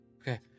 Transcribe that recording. Okay